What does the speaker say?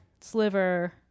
sliver